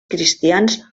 cristians